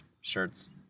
shirts